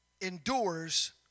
endures